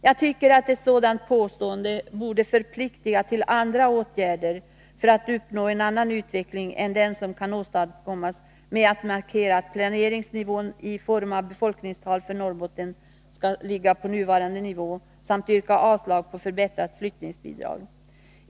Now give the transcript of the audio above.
Jag tycker att ett sådant påstående borde förpliktiga till att föreslå åtgärder för att uppnå en annan utveckling än den som kan åstadkommas med att markera att planeringsnivån i form av befolkningstal för Norrbotten skall ligga kvar på nuvarande nivå samt yrka avslag på förbättrat flyttningsbidrag.